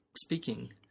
speaking